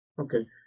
okay